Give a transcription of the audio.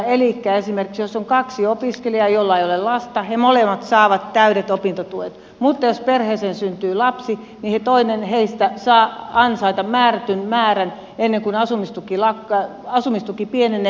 elikkä esimerkiksi jos on kaksi opiskelijaa joilla ei ole lasta he molemmat saavat täydet opintotuet mutta jos perheeseen syntyy lapsi niin toinen heistä saa ansaita määrätyn määrän ennen kuin asumistuki pienenee